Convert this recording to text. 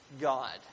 God